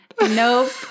Nope